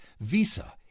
Visa